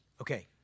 Okay